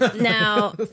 Now